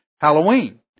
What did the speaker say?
Halloween